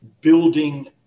building